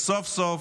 וסוף-סוף,